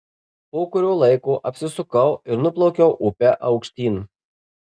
po kurio laiko apsisukau ir nuplaukiau upe aukštyn